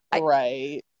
right